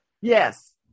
Yes